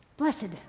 blessing.